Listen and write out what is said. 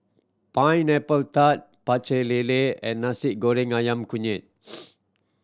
Pineapple Tart Pecel Lele and Nasi Goreng Ayam Kunyit